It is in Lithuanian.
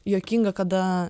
juokinga kada